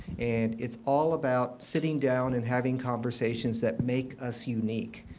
and it's all about sitting down and having conversations that make us unique.